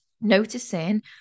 noticing